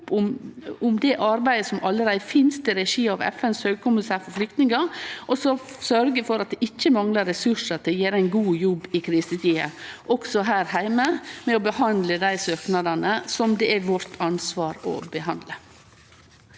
om det arbeidet som allereie finst i regi av FNs høgkommissær for flyktningar, og så sørgje for at det ikkje manglar resursar til å gjere ein god jobb i krisetider, også her heime, med å behandle dei søknadene det er vårt ansvar å behandle.